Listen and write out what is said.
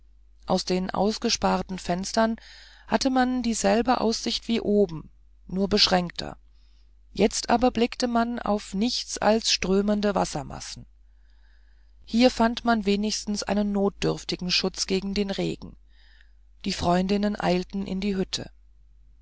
aus den ausgesparten fenstern hatte man dieselbe aussicht wie oben nur beschränkter jetzt aber blickte man auf nichts als strömende wassermassen hier fand man wenigstens einen notdürftigen schutz gegen den regen die freundinnen eilten in die hütte